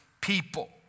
people